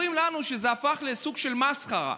שזה הפך לסוג של מסחרה.